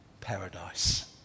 paradise